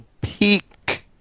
peak